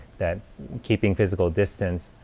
that keeping physical distance,